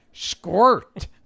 Squirt